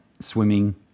swimming